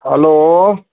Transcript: hello